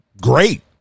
great